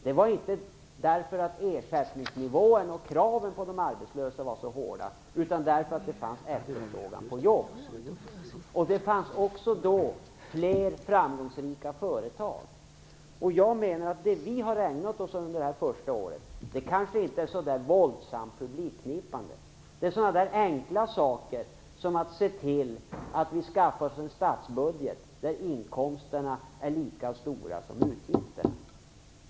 Det berodde inte på ersättningsnivån eller på att kraven på de arbetslösa var så hårda, utan på att det fanns efterfrågan på jobb. Det fanns då också fler framgångsrika företag. Det vi har ägnat oss åt under detta första år är kanske inte så våldsamt publikknipande. Det är enkla saker som att se till att vi skaffar oss en statsbudget där inkomsterna är lika stora som utgifterna.